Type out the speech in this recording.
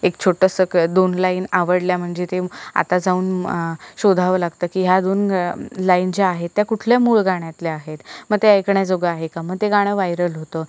एक छोटंसं दोन लाईन आवडल्या म्हणजे ते आता जाऊन शोधावं लागतं की या दोन लाईन ज्या आहेत त्या कुठल्या मूळ गाण्यातल्या आहेत मग ते ऐकण्याजोगं आहे का मग ते गाणं व्हायरल होतं